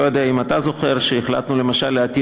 אני לא יודע אם אתה זוכר שהחלטנו למשל להטיל